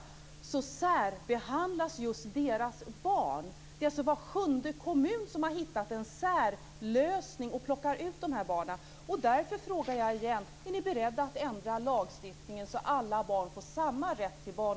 Det är just deras barn som särbehandlas. Det är alltså var sjunde kommun som har hittat en särlösning och plockat ut de här barnen.